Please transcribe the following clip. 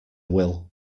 will